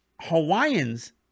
Hawaiians